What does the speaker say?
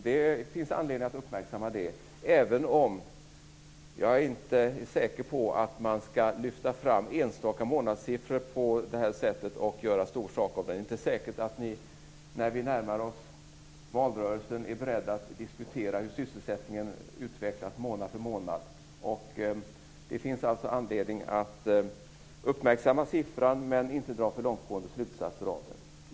Det finns anledning att uppmärksamma det även om jag inte är säker på att man skall lyfta fram enstaka månadssiffror på det här sättet och göra stor sak av dem. När vi närmar oss valrörelsen är det inte säkert att ni är beredda att diskutera hur sysselsättningen utvecklas månad för månad. Det finns anledning att uppmärksamma siffran men inte dra för långtgående slutsatser av den.